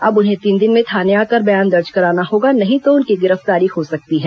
अब उन्हें तीन दिन में थाने आकर बयान दर्ज कराना होगा नहीं तो उनकी गिरफ्तारी हो सकती है